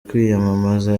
kwiyamamaza